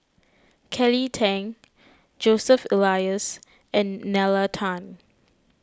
Kelly Tang Joseph Elias and Nalla Tan